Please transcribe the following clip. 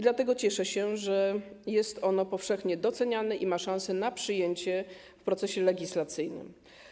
Dlatego cieszę się, że jest ono powszechnie doceniane i ma szansę na przyjęcie w procesie legislacyjnym.